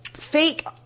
Fake